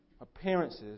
appearances